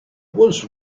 was